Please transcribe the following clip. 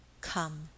come